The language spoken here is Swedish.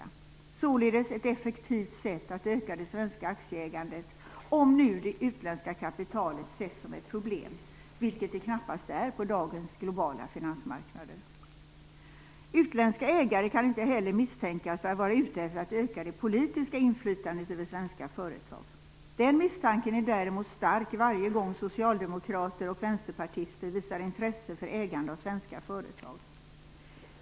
Det är således ett effektivt sätt att öka det svenska aktieägandet om nu det utländska kapitalet ses som ett problem, vilket det knappast är på dagens globala finansmarknader. Utländska ägare kan inte heller misstänkas för att vara ute efter att öka det politiska inflytandet över svenska företag. Den misstanken är däremot stark varje gång socialdemokrater och vänsterpartister visar intresse för ägande av svenska företag.